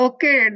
Okay